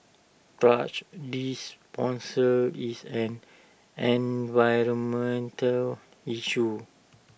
thrash disposal is an environmental issue